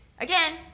again